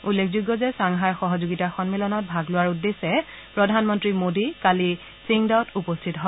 উল্লেখযোগ্য যে ছাংহাই সহযোগিতা সন্মিলনত ভাগ লোৱাৰ উদ্দেশ্যে প্ৰধানমন্ত্ৰী মোদী কালি ছিংদাঅ'ত উপস্থিত হয়